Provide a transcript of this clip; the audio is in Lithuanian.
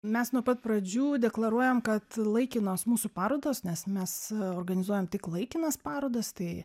mes nuo pat pradžių deklaruojam kad laikinos mūsų parodos nes mes organizuojam tik laikinas parodas tai